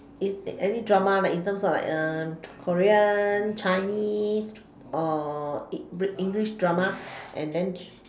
in in any drama in terms of like korean chinese or it brit~ english drama and then